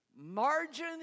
Margin